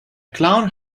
clown